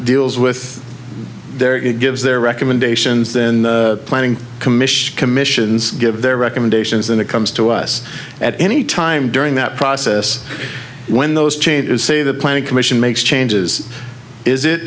deals with their it gives their recommendations then the planning commission commissions give their recommendations and it comes to us at any time during that process when those changes say the planning commission makes changes is it